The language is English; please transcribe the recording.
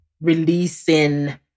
releasing